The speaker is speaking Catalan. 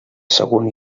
sagunt